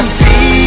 see